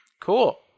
Cool